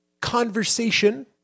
conversation